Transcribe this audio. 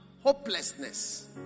hopelessness